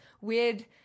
weird